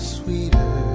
sweeter